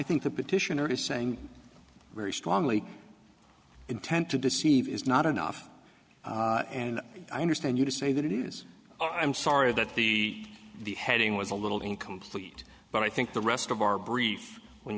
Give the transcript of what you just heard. think the petitioner is saying very strongly intent to deceive is not enough and i understand you to say that it is i'm sorry that the the heading was a little incomplete but i think the rest of our brief when